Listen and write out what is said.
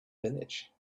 village